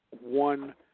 one